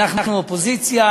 אנחנו אופוזיציה,